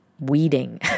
weeding